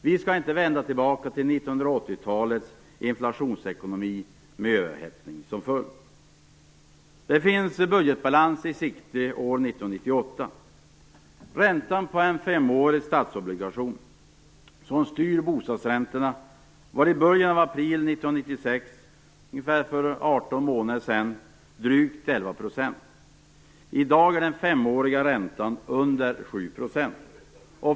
Vi skall inte vända tillbaka till 1980-talets inflationsekonomi med överhettning som följd. Budgetbalans finns i sikte 1998. månader sedan - drygt 11 %. I dag ligger den femåriga räntan under 7 %.